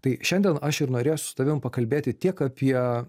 tai šiandien aš ir norėsiu su tavim pakalbėti tiek apie